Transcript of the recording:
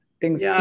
things-